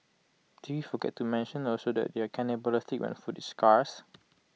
did we forget to mention also that they're cannibalistic when food is scarces